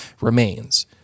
remains